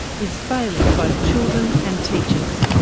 is failing both children and teachers.